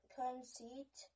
conceit